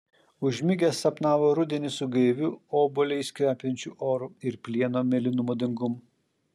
užmigęs sapnavo rudenį su gaiviu obuoliais kvepiančiu oru ir plieno mėlynumo dangum